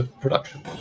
production